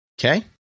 Okay